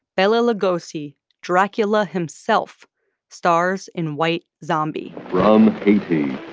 bela lugosi dracula himself stars in white zombie. from haiti,